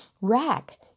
rack